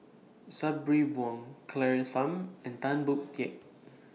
Sabri Buang Claire Tham and Tan Boon Teik